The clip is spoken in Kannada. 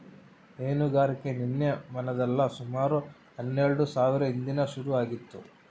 ಹೈನುಗಾರಿಕೆ ನಿನ್ನೆ ಮನ್ನೆದಲ್ಲ ಸುಮಾರು ಹನ್ನೆಲ್ಡು ಸಾವ್ರ ಹಿಂದೇನೆ ಶುರು ಆಗಿತ್ತು